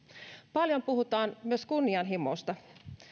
paljon puhutaan myös kunnianhimosta